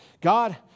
God